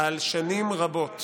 על שנים רבות,